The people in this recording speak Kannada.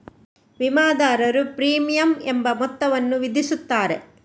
ವಿಮಾದಾರರು ಪ್ರೀಮಿಯಂ ಎಂಬ ಮೊತ್ತವನ್ನು ವಿಧಿಸುತ್ತಾರೆ